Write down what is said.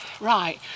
Right